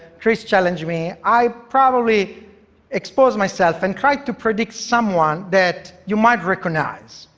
chris challenged me. i probably exposed myself and tried to predict someone that you might recognize.